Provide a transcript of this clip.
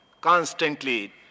constantly